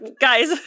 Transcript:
guys